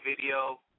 video